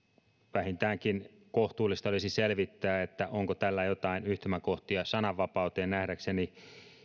vähintäänkin kohtuullista olisi selvittää onko tällä jotain yhtymäkohtia sananvapauteen nähdäkseni